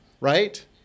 right